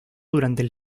durante